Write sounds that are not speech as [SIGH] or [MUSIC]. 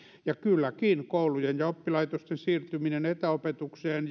kylläkin koulujen ja oppilaitosten siirtyminen etäopetukseen [UNINTELLIGIBLE]